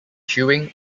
chewing